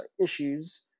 issues